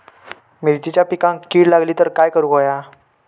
मिरचीच्या पिकांक कीड लागली तर काय करुक होया?